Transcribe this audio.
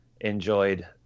enjoyed